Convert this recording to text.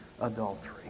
adultery